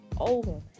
over